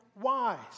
wise